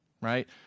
right